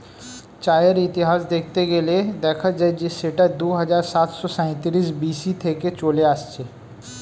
চায়ের ইতিহাস দেখতে গেলে দেখা যায় যে সেটা দুহাজার সাতশো সাঁইত্রিশ বি.সি থেকে চলে আসছে